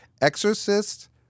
Exorcist